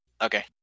Okay